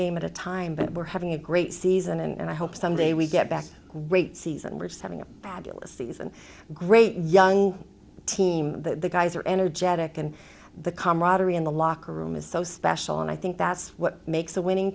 game at a time but we're having a great season and i hope someday we get back great season which is having a fabulous season great young team the guys are energetic and the camaraderie in the locker room is so special and i think that's what makes a winning